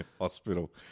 Hospital